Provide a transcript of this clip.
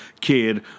Kid